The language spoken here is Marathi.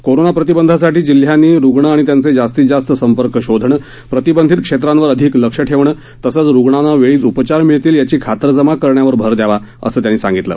कोरोना प्रतिबंधासाठी जिल्ह्यांनी रुग्ण आणि त्यांचे जास्तीत जास्त संपर्क शोधणं प्रतिबंधित क्षेत्रांवर अधिक लक्ष ठेवणं तसच रुग्णांना वेळीच उपचार मिळतील याची खातरजमा करण्यावर भर दयावा असं त्यांनी सांगितलं